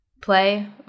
Play